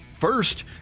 First